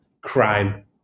crime